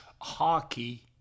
hockey